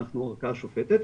אנחנו ערכאה שופטת,